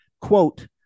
Quote